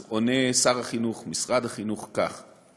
אז עונה שר החינוך, משרד החינוך, כך: